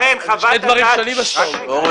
לכן חוות הדעת --- לא,